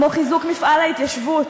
כמו חיזוק מפעל ההתיישבות,